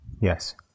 Yes